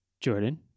Jordan